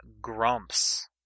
Grumps